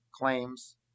claims